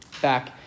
back